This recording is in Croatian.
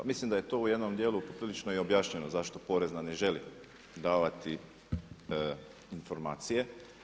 Pa mislim da je to u jednom djelu poprilično i objašnjeno zašto porezna ne želi davati informacije.